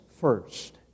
first